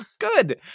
Good